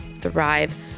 Thrive